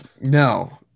No